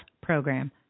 program